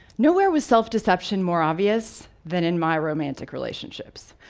nowhere was self-deception more obvious than in my romantic relationships.